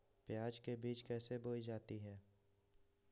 प्याज के बीज कैसे बोई जाती हैं?